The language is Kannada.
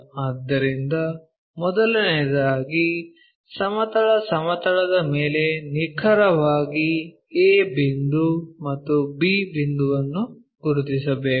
ಆದ್ದರಿಂದ ಮೊದಲನೆಯದಾಗಿ ಸಮತಲ ಸಮತಲದ ಮೇಲೆ ನಿಖರವಾಗಿ a ಬಿಂದು ಮತ್ತು b ಬಿಂದುವನ್ನು ಗುರುತಿಸಬೇಕು